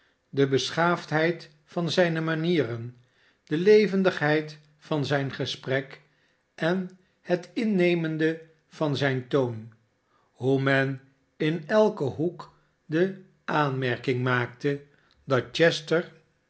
de beschaafdheid van zijne manieren de levendigheid van zijn gesprek en het innemende van zijn toon hoe men in elken hoek de aanmerking maakte dat